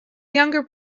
younger